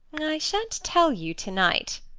sha'n't tell you to-night.